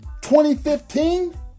2015